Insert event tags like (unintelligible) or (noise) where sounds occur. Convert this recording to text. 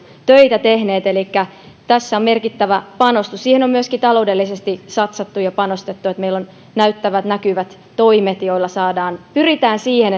töitä tehneet elikkä tässä on merkittävä panostus siihen on myöskin taloudellisesti satsattu ja panostettu että meillä on näyttävät näkyvät toimet joilla pyritään siihen (unintelligible)